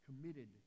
committed